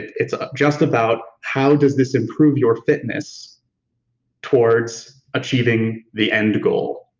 it's ah just about, how does this improve your fitness towards achieving the end goal,